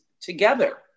together